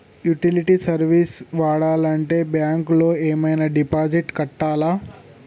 Utility service వాడాలంటే bank లో ఏమైనా డిపాజిట్ కట్టాలా?